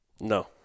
No